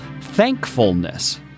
thankfulness